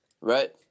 Right